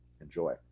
enjoy